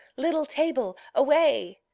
little table, away!